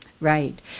Right